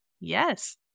Yes